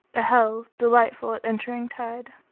a hell, delightful at entering-tide.